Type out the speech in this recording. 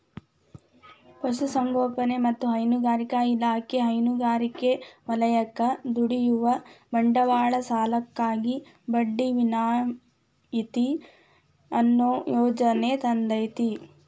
ಪಶುಸಂಗೋಪನೆ ಮತ್ತ ಹೈನುಗಾರಿಕಾ ಇಲಾಖೆ ಹೈನುಗಾರಿಕೆ ವಲಯಕ್ಕ ದುಡಿಯುವ ಬಂಡವಾಳ ಸಾಲಕ್ಕಾಗಿ ಬಡ್ಡಿ ವಿನಾಯಿತಿ ಅನ್ನೋ ಯೋಜನೆ ತಂದೇತಿ